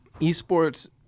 esports